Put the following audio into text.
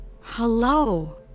Hello